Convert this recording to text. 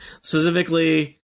specifically